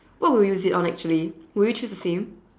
what would you use it on actually would you choose the same